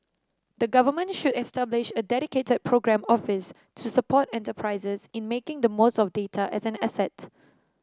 the Government should establish a dedicated programme office to support enterprises in making the most of data as an asset